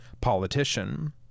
politician